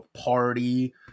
party